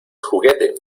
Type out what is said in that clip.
juguete